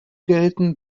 gelten